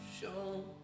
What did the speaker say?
show